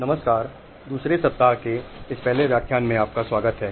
नमस्कार दूसरे सप्ताह के इस पहले व्याख्यान में आपका स्वागत है